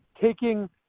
taking